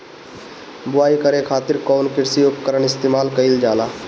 बुआई करे खातिर कउन कृषी उपकरण इस्तेमाल कईल जाला?